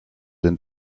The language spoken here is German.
den